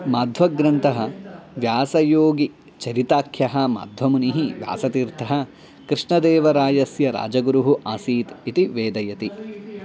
माध्वग्रन्थः व्यासयोगिचरिताख्यः माध्वमुनिः व्यासतीर्थः कृष्णदेवरायस्य राजगुरुः आसीत् इति वेदयति